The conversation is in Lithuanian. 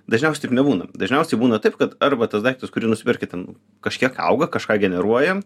dažniausiai taip nebūna dažniausiai būna taip kad arba tas daiktas kurį nusiperki ten kažkiek auga kažką generuoja